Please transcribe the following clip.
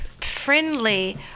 friendly